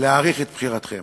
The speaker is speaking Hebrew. להעריך את בחירתכם.